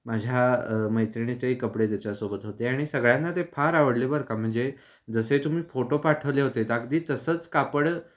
माझ्या मैत्रिणीचेही कपडे त्याच्यासोबत होते आणि सगळ्यांना ते फार आवडले बर का म्हणजे जसे तुम्ही फोटो पाठवले होतेत अगदी तसंच कापड